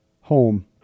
home